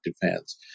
fans